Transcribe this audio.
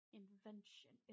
invention